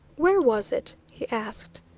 where was it? he asked.